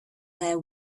their